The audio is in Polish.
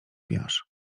piasz